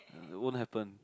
won't happen